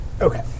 okay